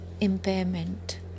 impairment